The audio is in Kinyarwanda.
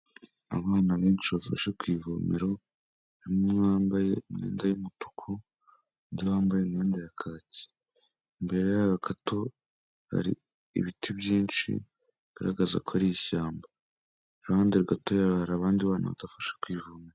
Abana benshi bafashe ku ivomero, umwe wambaye imyenda y'umutuku, undi wambaye imyenda ya kacye. Imbere y'aho gato, hari ibiti byinshi bigaragaza ko ari ishyamba. Iruhande gatoya hari abandi bana badafashe ku ivomero.